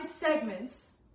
segments